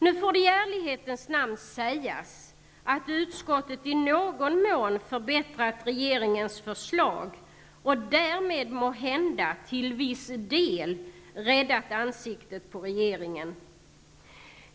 Nu får det i ärlighetens namn sägas att utskottet i någon mån förbättrat regeringens förslag och därmed måhända -- till viss del -- räddat ansiktet på regeringen.